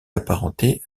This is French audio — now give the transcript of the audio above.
apparenté